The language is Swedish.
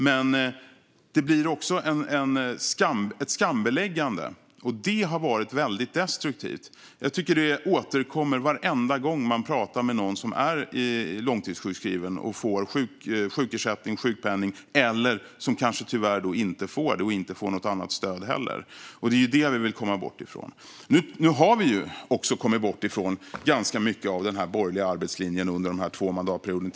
Men det blir också ett skambeläggande, och det har varit väldigt destruktivt. Jag tycker att det återkommer varenda gång man pratar med någon som är långtidssjukskriven och får sjukersättning eller sjukpenning - eller kanske tyvärr inte får det och inte får något annat stöd heller. Det är det vi vill komma bort från. Nu har vi också kommit bort från ganska mycket av den borgerliga arbetslinjen under de här två mandatperioderna.